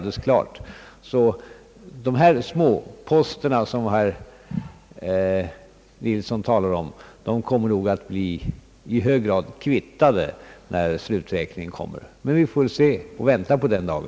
De småposter, som herr Nilsson talar om, kommer måhända alltså att i hög grad vara kvittade när sluträkningen kommer. Vi får väl vänta och se.